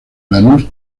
lanús